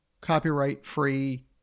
copyright-free